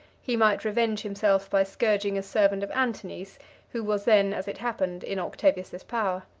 he might revenge himself by scourging a servant of antony's who was then, as it happened, in octavius's power.